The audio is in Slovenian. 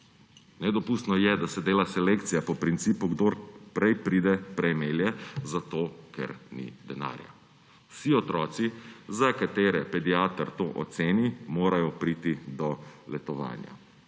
Nedopustno je, da se dela selekcija po principu, kdor prej pride, prej melje, zato ker ni denarja. Vsi otroci, za katere pediater to oceni, morajo priti do letovanja